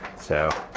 so